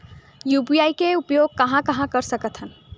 UPI के उपयोग कहां कहा कर सकत हन?